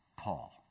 Paul